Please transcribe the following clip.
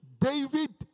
David